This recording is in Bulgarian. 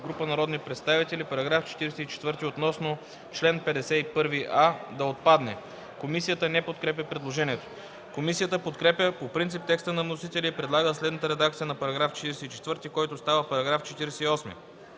група народни представители –§ 44 относно чл. 51а да отпадне. Комисията не подкрепя предложението. Комисията подкрепя по принцип текста на вносителя и предлага следната редакция на § 44, който става § 48: „§ 48.